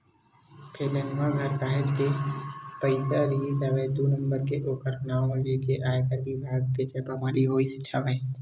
फेलनवा घर काहेच के पइसा रिहिस हवय दू नंबर के ओखर नांव लेके आयकर बिभाग के छापामारी होइस हवय